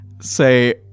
Say